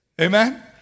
Amen